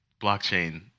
blockchain